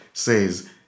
says